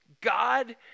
God